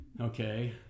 Okay